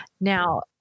Now